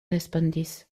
respondis